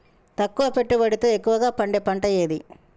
తక్కువ పెట్టుబడితో ఎక్కువగా పండే పంట ఏది?